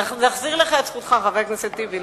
נחזיר לך את זכותך, חבר הכנסת טיבי.